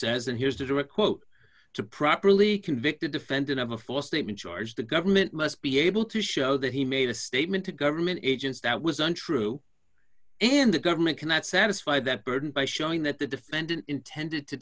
says and here's the direct quote to properly convict a defendant of a false statement charge the government must be able to show that he made a statement to government agents that was untrue and the government cannot satisfy that burden by showing that the defendant intended to